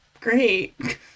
great